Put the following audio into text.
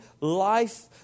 life